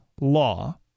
law